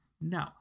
no